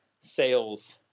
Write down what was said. sales